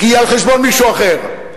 כי היא על חשבון מישהו אחר.